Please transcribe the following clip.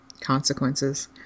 consequences